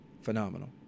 phenomenal